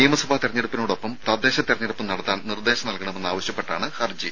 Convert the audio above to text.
നിയമാസഭാ തെരഞ്ഞെടുപ്പിനോടൊപ്പം തദ്ദേശ തെരഞ്ഞെടുപ്പും നിർദ്ദേശം നടത്താൻ നൽകണമെന്നാവശ്യപ്പെട്ടാണ് ഹർജി